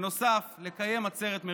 ובנוסף, לאפשר קיום עצרת מרכזית.